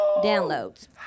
downloads